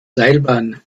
seilbahn